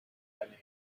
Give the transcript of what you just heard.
finding